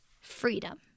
freedom